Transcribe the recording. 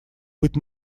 быть